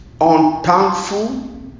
unthankful